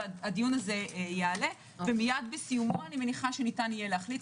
הדיווח יעלה, ומייד בסיומו ניתן יהיה להחליט.